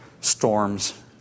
storms